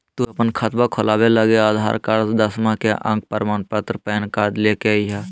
तू अपन खतवा खोलवे लागी आधार कार्ड, दसवां के अक प्रमाण पत्र, पैन कार्ड ले के अइह